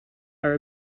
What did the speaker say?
are